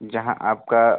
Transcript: जहाँ आपका